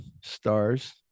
stars